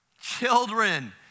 children